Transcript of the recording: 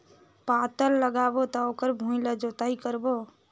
पातल लगाबो त ओकर भुईं ला जोतई करबो?